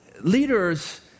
Leaders